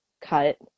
cut